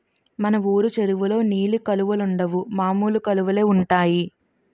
మన వూరు చెరువులో నీలి కలువలుండవు మామూలు కలువలే ఉంటాయి